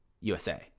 USA